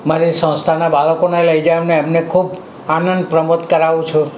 મારી સંસ્થાનાં બાળકોને લઈ જાઉં ને એમને ખૂબ આનંદ પ્રમોદ કરાવું છું